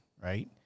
Right